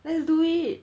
then you do it